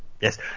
Yes